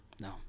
no